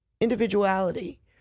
individuality